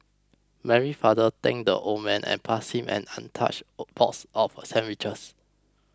Mary's father thanked the old man and passed him an untouched box of sandwiches